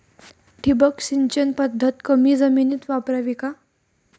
ठिबक सिंचन पद्धत कमी जमिनीत वापरावी का?